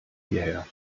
hierher